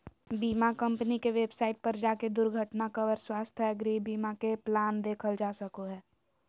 बीमा कम्पनी के वेबसाइट पर जाके दुर्घटना कवर, स्वास्थ्य, गृह बीमा के प्लान देखल जा सको हय